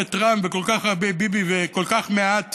טראמפ וכל כך הרבה ביבי וכל כך מעט